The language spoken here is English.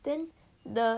then the